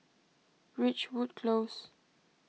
Ridgewood Close